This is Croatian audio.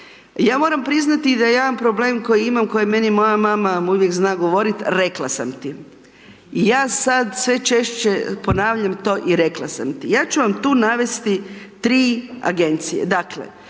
Ja mora priznati da jedan problem koji imam, koji je meni moja mama uvijek zna govorit, rekla sam ti, i ja sad sve češće ponavljam to i rekla sam ti. Ja ću vam tu navesti tri agencije,